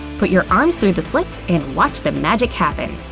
put your arms through the slits and watch the magic happen.